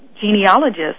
genealogist